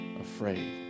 afraid